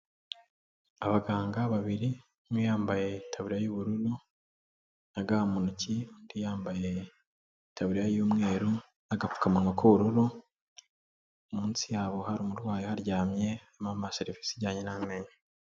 Abaganga babiri umwe yambaye itaburiya y'ubururu na aga mu ntoki, undi yambayetaburiya y'umweru n'agapfukamunwa k'ubururu, munsi yabo hari umurwayi uharyamye uri guhabwa, serivisi ijyanye n'amenyo.